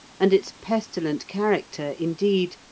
and its pestilent character, indeed,